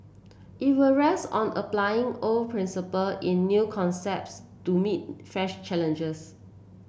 it will rest on applying old principle in new contexts to meet fresh challenges